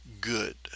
good